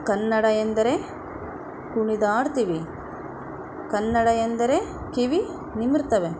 ಕನ್ನಡ ಎಂದರೆ ಕುಣಿದಾಡ್ತೀವಿ ಕನ್ನಡ ಎಂದರೆ ಕಿವಿ ನಿಮಿರ್ತವೆ